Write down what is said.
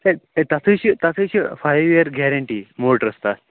ہے ہے تَتھ حظ چھِ تَتھ حظ چھِ فایِو ییر گیرَنٹی موٹٕرَس تَتھ